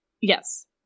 Yes